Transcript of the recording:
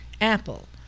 apple